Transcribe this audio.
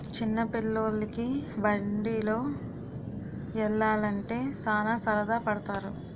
చిన్న పిల్లోలికి బండిలో యల్లాలంటే సాన సరదా పడతారు